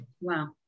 Wow